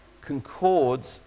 concords